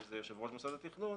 שזה יושב-ראש מוסד התכנון,